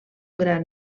gran